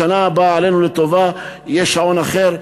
בשנה הבאה עלינו לטובה יהיה שעון אחר.